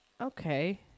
Okay